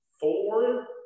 Four